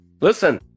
Listen